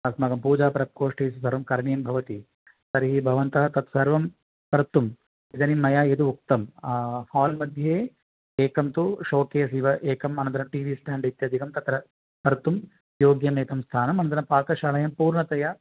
अस्माकं पूजा प्रकोष्ठे सर्वं करणीयं भवति तर्हि भवन्तः तत्सर्वं कर्तुम् इदानीं मया यद् उक्तं हाल् मध्ये एकं तु शोकेस् इव एकम् अनन्त्र टि वि स्टाण्ड् इत्यादिकं तत्र कर्तुं योग्यमेकं स्थानम् अनन्तरं पाकश्लायां पूर्णतया